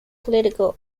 political